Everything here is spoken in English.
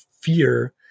fear